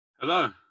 hello